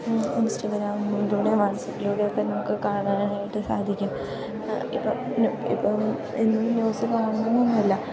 ഇൻസ്റ്റഗ്രാമിലൂടെ വാട്സപ്പിലൂടെയൊക്കെ നമുക്ക് കാണാനായിട്ട് സാധിക്കും ഇപ്പം ഇപ്പം എന്നും ന്യൂസ് കാണണമെന്നൊന്നുമില്ല